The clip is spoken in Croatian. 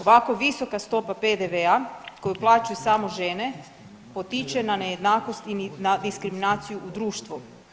Ovako visoka stopa PDV-a koji plaćaju samo žene potiče na nejednakost i na diskriminaciju u društvu.